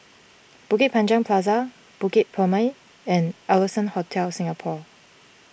Bukit Panjang Plaza Bukit Purmei and Allson Hotel Singapore